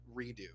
redo